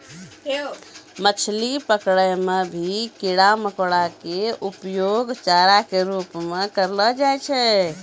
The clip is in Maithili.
मछली पकड़ै मॅ भी कीड़ा मकोड़ा के उपयोग चारा के रूप म करलो जाय छै